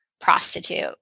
prostitute